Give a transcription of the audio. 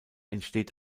entsteht